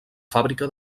fàbrica